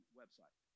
website